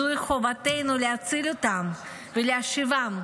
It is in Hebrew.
זוהי חובתנו להציל אותם ולהשיבם,